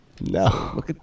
No